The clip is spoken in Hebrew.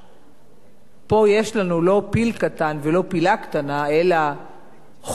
פה יש לנו לא פיל קטן ולא פילה קטנה, אלא חוק חדש,